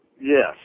Yes